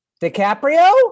DiCaprio